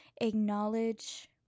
acknowledge